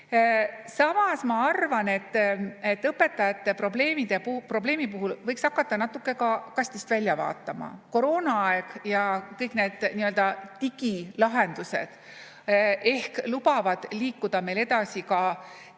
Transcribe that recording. Samas ma arvan, et õpetajate probleemi puhul võiks hakata natuke ka kastist välja vaatama. Koroonaaeg ja kõik need nii-öelda digilahendused ehk lubavad liikuda edasi ka